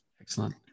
Excellent